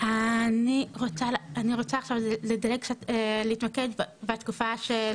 אני רוצה עכשיו להתמקד בתקופה של